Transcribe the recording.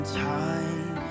time